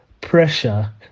pressure